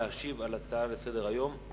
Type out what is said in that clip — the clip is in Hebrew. להשיב על ההצעות לסדר-היום.